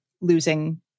losing